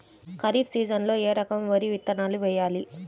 ఖరీఫ్ సీజన్లో ఏ రకం వరి విత్తనాలు వేయాలి?